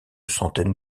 centaine